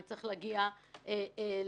'אני צריך להגיע להפניה'